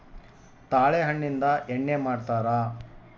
ತಾಳೆ ಹಣ್ಣಿಂದ ಎಣ್ಣೆ ಮಾಡ್ತರಾ